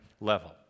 level